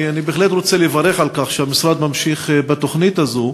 אני בהחלט רוצה לברך על כך שהמשרד ממשיך בתוכנית הזאת.